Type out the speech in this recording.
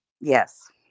Yes